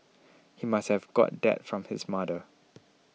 he must have got that from his mother